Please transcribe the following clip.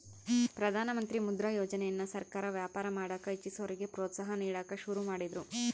ಪ್ರಧಾನಮಂತ್ರಿ ಮುದ್ರಾ ಯೋಜನೆಯನ್ನ ಸರ್ಕಾರ ವ್ಯಾಪಾರ ಮಾಡಕ ಇಚ್ಚಿಸೋರಿಗೆ ಪ್ರೋತ್ಸಾಹ ನೀಡಕ ಶುರು ಮಾಡಿದ್ರು